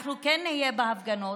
אנחנו כן נהיה בהפגנות,